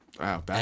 Wow